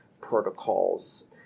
protocols